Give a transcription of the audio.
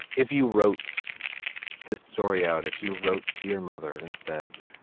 if you wrote this story out, if you wrote to your mother and said.